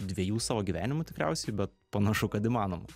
dviejų savo gyvenimų tikriausiai bet panašu kad įmanoma